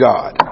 God